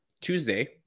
Tuesday